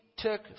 took